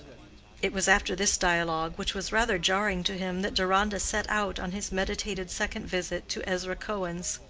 it was after this dialogue, which was rather jarring to him, that deronda set out on his meditated second visit to ezra cohen's.